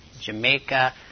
Jamaica